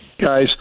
guys